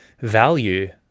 value